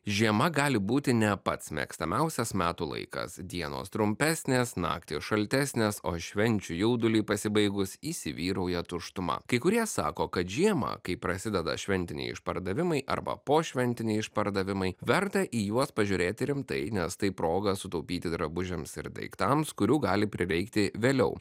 žiema gali būti ne pats mėgstamiausias metų laikas dienos trumpesnės naktys šaltesnės o švenčių jauduliui pasibaigus įsivyrauja tuštuma kai kurie sako kad žiemą kai prasideda šventiniai išpardavimai arba pošventiniai išpardavimai verta į juos pažiūrėti rimtai nes tai proga sutaupyti drabužiams ir daiktams kurių gali prireikti vėliau